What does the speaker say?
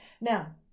Now